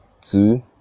two